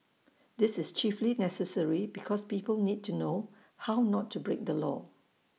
this is chiefly necessary because people need to know how not to break the law